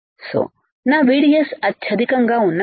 so నా VDS అత్యధికం గ ఉన్నప్పుడు